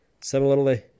Similarly